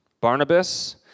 Barnabas